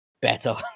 better